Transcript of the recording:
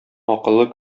акыллы